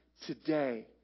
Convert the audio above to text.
today